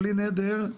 בלי נדר,